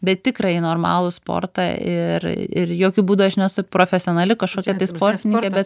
bet tikrąjį normalų sportą ir ir jokiu būdu aš nesu profesionali kažkokia tai sportininkė bet